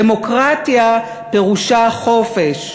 דמוקרטיה פירושה חופש.